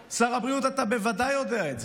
שר הבריאות, אתה בוודאי יודע את זה.